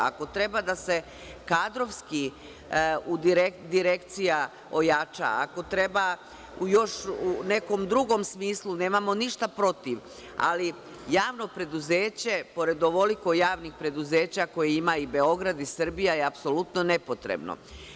Ako treba da se kadrovski direkcija ojača, ako treba u još nekom drugom smislu, nemamo ništa protiv, ali javno preduzeće, pored ovoliko javnih preduzeća koje ima i Beograd i Srbija je apsolutno nepotrebno.